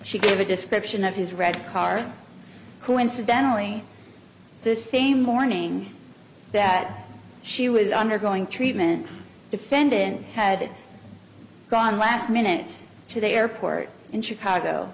she gave a description of his red car coincidentally the same morning that she was undergoing treatment defendant had gone last minute to the airport in chicago